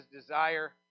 desire